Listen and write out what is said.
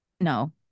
no